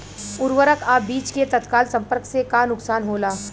उर्वरक अ बीज के तत्काल संपर्क से का नुकसान होला?